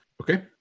okay